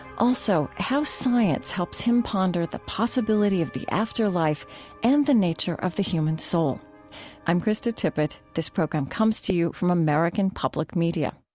also, how science helps him ponder the possibility of the afterlife and the nature of the human soul i'm krista tippett. this program comes to you from american public media